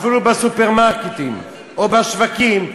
אפילו בסופרמרקטים או בשווקים,